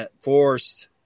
forced